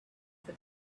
for